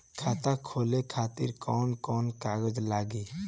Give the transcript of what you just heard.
खाता खोले खातिर कौन कौन कागज लागी?